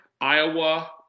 Iowa